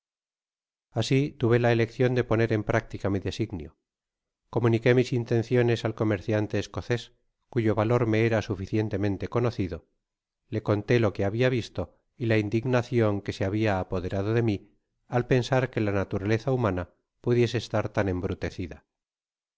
asi tuve la eleccion de poner en práctica mi designio comuniqué mis intenciones al comer ciante escocés cuyo valor me era suficientemente conocido le conté lo que habia visto y la indignacion que se habia apoderado de mi al pensar que la naturaleza humana pudiese estar tan embrutecida